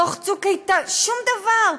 דוח "צוק איתן" שום דבר,